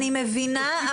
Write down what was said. אני מבינה,